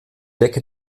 decke